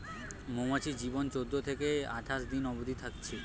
মৌমাছির জীবন চোদ্দ থিকে আঠাশ দিন অবদি থাকছে